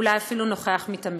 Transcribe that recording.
אולי אפילו נוכח מתמיד.